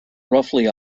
roughly